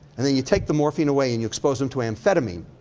and then you take the morphine away and you expose them to amphetamine,